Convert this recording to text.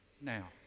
Now